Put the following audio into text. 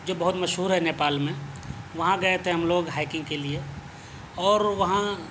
جو بہت مشہور ہے نیپال میں وہاں گئے تھے ہم لوگ ہائکنگ کے لیے اور وہاں